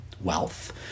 wealth